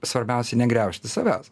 svarbiausia negriaužti savęs